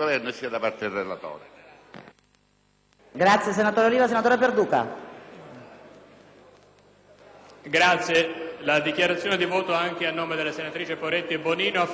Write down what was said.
fare una dichiarazione di voto, anche a nome delle senatrici Poretti e Bonino, a favore di questo emendamento. Si vede,